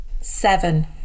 Seven